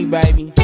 baby